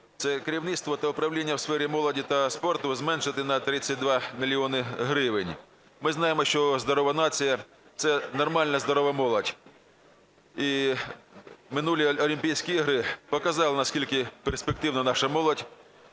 це керівництво та управління у сфері молоді та спорту зменшити на 32 мільйони гривень. Ми знаємо, що здорова нація – це нормальна здорова молодь, і минулі Олімпійські ігри показали, наскільки перспективна наша молодь.